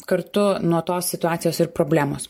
kartu nuo tos situacijos ir problemos